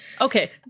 Okay